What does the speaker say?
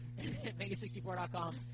mega64.com